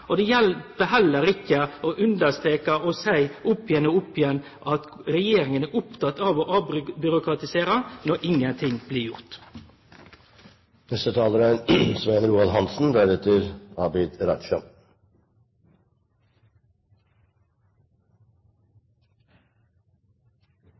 og det hjelper heller ikkje å understreke og seie opp igjen og opp igjen at regjeringa er oppteken av å avbyråkratisere, når ingenting blir gjort. Foregående taler